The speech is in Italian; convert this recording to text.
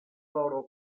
loro